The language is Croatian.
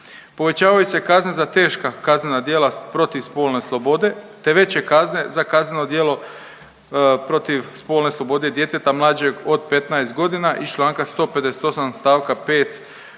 Povećavaju se kazne za teška kaznena djela protiv spolne slobode te veće kazne za kazneno djelo protiv spolne slobode djeteta mlađeg od 15 godina iz Članka 158. stavka 5.